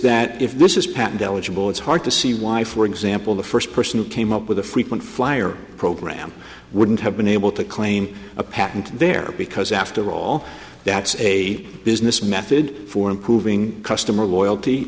that if this is patent eligible it's hard to see why for example the first person who came up with a frequent flyer program wouldn't have been able to claim a patent there because after all that's a business method for improving customer loyalty